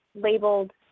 labeled